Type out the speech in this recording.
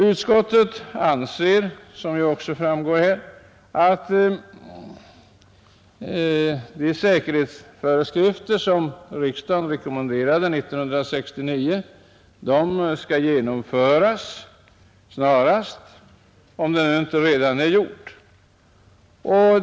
Utskottet anser att de säkerhetsföreskrifter som riksdagen rekommenderade 1969 snarast möjligt skall genomföras, om så inte redan skett.